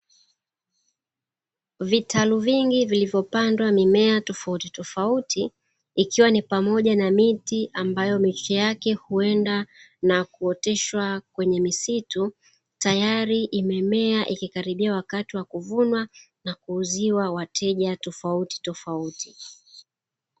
Vitalu vingi vilivyopandwa mimea tofauti tofauti ikiwa ni pamoja na miti ambayo miche yake huenda na kuoteshwa kwenye misitu, tayari imemea ikikaribia wakati wa kuvunwa na kuuziwa wateja tofautitofauti.